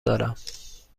دارم